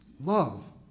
Love